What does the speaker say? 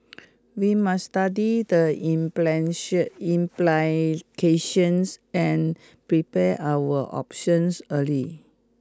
we must study the implications and prepare our options early